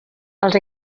els